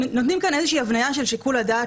נותנים כאן איזו הבניה של שיקול הדעת